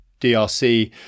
DRC